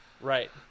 right